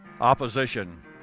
Opposition